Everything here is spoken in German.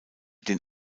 den